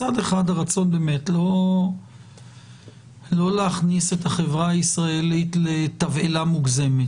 מצד אחד הרצון לא להכניס את החברה הישראלית לתבהלה מוגזמת.